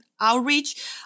outreach